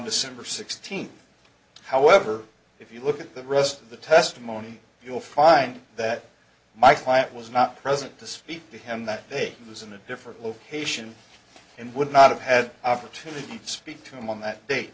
december sixteenth however if you look at the rest of the testimony you'll find that my client was not present to speak to him that day was in a different location and would not have had opportunity to speak to him on that da